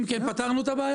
אם כן, פתרנו את הבעיה.